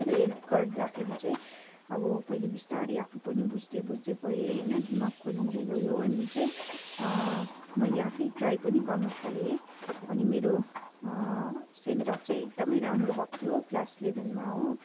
त्यो हेल्प गर्दाखेरि चाहिँ अब पहिले बिस्तारै आफू पनि बुझ्दै बुझ्दै गएँ होइन अनि दिमाग खोलिँदै गयो अनि चाहिँ मैले आफै ट्राई पनि गर्नु थालेँ अनि मेरो सेन्टटप चाहिँ एकदमै राम्रो भएको थियो क्लास इलेभेनमा हो